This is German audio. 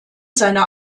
seiner